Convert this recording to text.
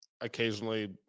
occasionally